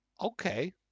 Okay